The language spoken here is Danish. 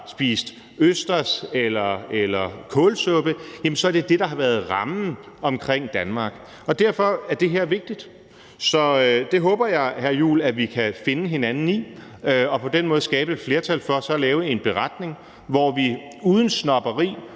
spist østers eller kålsuppe, er det det, der har været rammen om Danmark. Derfor er det her vigtigt. Så det håber jeg, hr. Christian Juhl, at vi kan finde hinanden i og på den måde skabe et flertal for at lave en beretning, hvor vi uden snobberi,